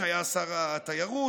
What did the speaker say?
שהיה שר התיירות,